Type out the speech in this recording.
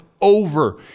over